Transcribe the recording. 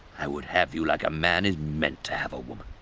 i would have you like a man is meant to have a woman.